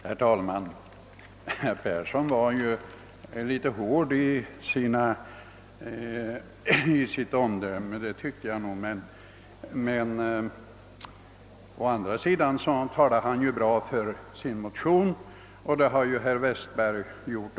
Herr talman! Jag tycker nog att herr Persson i Heden var litet hård i sitt omdöme om utskottet, men å andra sisidan talade han ju väl för sin motion, och det har herr Westberg också gjort.